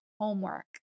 homework